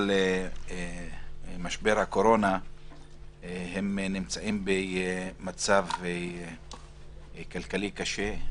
משבר הקורונה נמצאים במצב כלכלי קשה.